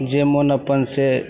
जे मोन अप्पन से